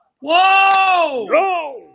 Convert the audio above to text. Whoa